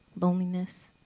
loneliness